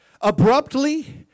abruptly